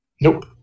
nope